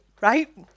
right